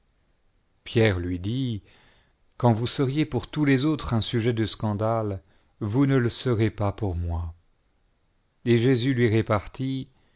lui répondit quand vous seriez pour tous les autres un sujet de scandale vous ne le serez jamais pour moi et jésus lui repartit